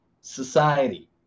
society